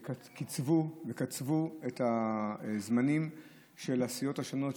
וקצבו את הזמנים של הסיעות השונות,